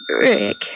Rick